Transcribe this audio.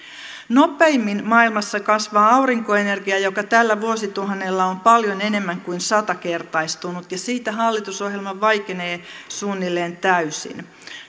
nopeimmin maailmassa kasvaa aurinkoenergia joka tällä vuosituhannella on paljon enemmän kuin satakertaistunut ja siitä hallitusohjelma vaikenee suunnilleen täysin